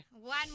One